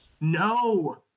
No